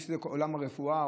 עולם הרפואה,